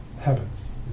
habits